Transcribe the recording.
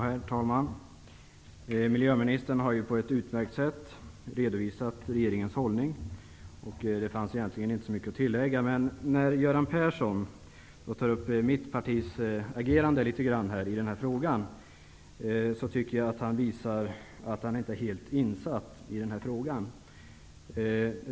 Herr talman! Miljöministern har på ett utmärkt sätt redovisat regeringens hållning. Det finns egentligen inte så mycket att tillägga. Göran Persson visar emellertid, då han tar upp mitt partis agerande i denna fråga, att han inte är helt insatt i frågan.